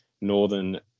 northern